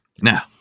Now